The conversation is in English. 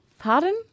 Pardon